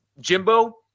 Jimbo